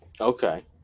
Okay